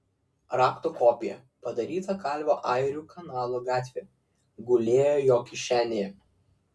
rakto kopija padaryta kalvio airių kanalo gatvėje gulėjo jo kišenėje